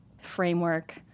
framework